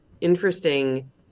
interesting